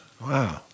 Wow